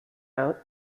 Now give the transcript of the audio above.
note